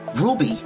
Ruby